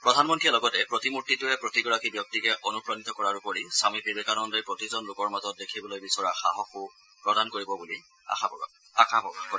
প্ৰধানমন্ত্ৰীয়ে লগতে প্ৰতিমূৰ্তিটোৱে প্ৰতিগৰাকী ব্যক্তিকে অনুপ্ৰাণিত কৰাৰ উপৰি স্বামী বিবেকানন্দই প্ৰতিজন লোকৰ মাজত দেখিবলৈ বিচৰা সাহসো প্ৰদান কৰিব বুলিও আশা ব্যক্ত কৰে